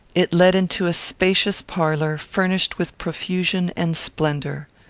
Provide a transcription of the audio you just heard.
it led into a spacious parlour, furnished with profusion and splendour.